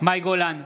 מאי גולן,